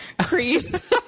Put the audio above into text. crease